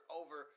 over